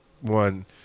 one